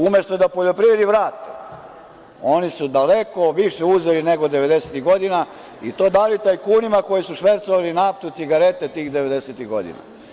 Umesto da poljoprivredi vrate, oni su daleko više uzeli nego 90-ih godina, i to dali tajkunima koji su švercovali naftu, cigarete, tih 90-ih godina.